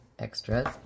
extras